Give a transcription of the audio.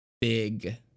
big